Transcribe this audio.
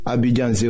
Abidjan